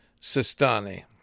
Sistani